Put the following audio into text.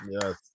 yes